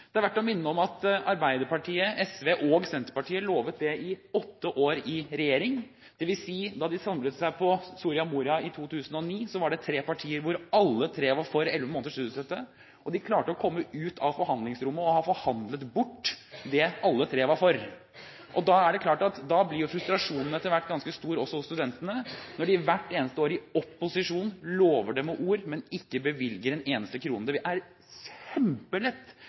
Det er verdt å minne om at Arbeiderpartiet, SV og Senterpartiet lovet det i åtte år i regjering, dvs. da de samlet seg på Soria Moria i 2009, var det tre partier som alle var for elleve måneders studiestøtte, men de klarte å komme ut av forhandlingsrommet og ha forhandlet bort det alle tre var for. Frustrasjonen blir jo etter hvert ganske stor hos studentene når man hvert eneste år i opposisjon lover det med ord, men ikke bevilger en eneste krone.